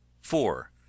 four